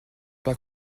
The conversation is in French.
pas